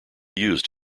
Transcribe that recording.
used